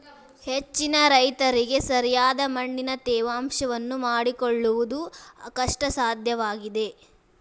ಹೆಚ್ಚಿನ ರೈತರಿಗೆ ಸರಿಯಾದ ಮಣ್ಣಿನ ತೇವಾಂಶವನ್ನು ಮಾಡಿಕೊಳ್ಳವುದು ಕಷ್ಟಸಾಧ್ಯವಾಗಿದೆ